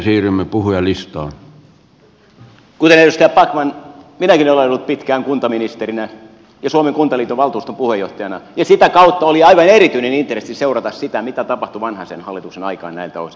kuten edustaja backman minäkin olen ollut pitkään kuntaministerinä ja suomen kuntaliiton valtuuston puheenjohtajana ja sitä kautta oli aivan erityinen intressi seurata sitä mitä tapahtui vanhasen hallituksen aikaan näiltä osin